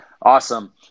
awesome